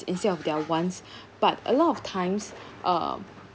instead of their wants but a lot of times uh